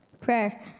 Prayer